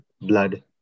blood